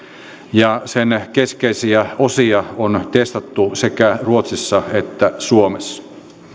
ja sen keskeisiä osia on testattu sekä ruotsissa että suomessa